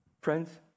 Friends